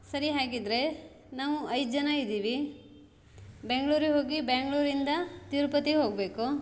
ಸರಿ ಹಾಗಿದ್ದರೆ ನಾವು ಐದು ಜನ ಇದೀವಿ ಬೆಂಗ್ಳೂರಿಗೆ ಹೋಗಿ ಬೆಂಗ್ಳೂರಿಂದ ತಿರುಪತಿಗೆ ಹೋಗಬೇಕು